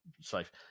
safe